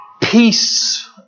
peace